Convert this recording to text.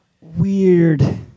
Weird